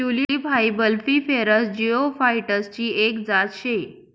tulip हाई bulbiferous जिओफाइटसची एक जात शे